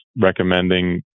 recommending